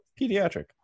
pediatric